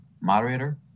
Moderator